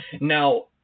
Now